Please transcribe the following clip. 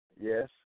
Yes